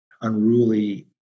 unruly